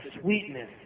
sweetness